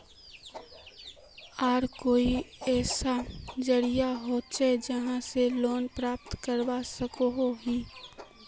आर कोई ऐसा जरिया होचे जहा से लोन प्राप्त करवा सकोहो ही?